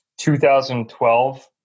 2012